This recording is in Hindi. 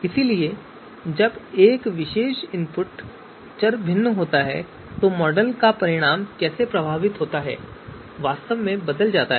इसलिए जब एक विशेष इनपुट चर भिन्न होता है तो मॉडल के परिणाम कैसे प्रभावित होते हैं वास्तव में बदल रहा है